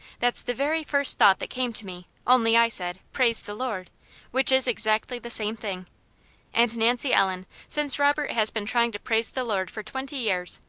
that's the very first thought that came to me, only i said, praise the lord which is exactly the same thing and nancy ellen, since robert has been trying to praise the lord for twenty years,